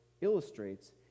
illustrates